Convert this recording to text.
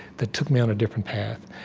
that took me on a different path?